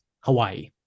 Hawaii